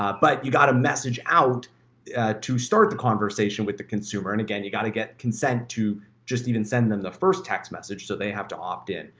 ah but you got a message out to start the conversation with the consumer. and again, you got to get consent to just even send them the first text message so they have to opt-in.